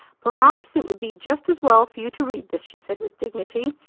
perhaps it would be just as well for you to read this, she said with dignity,